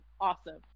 Awesome